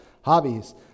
hobbies